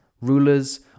rulers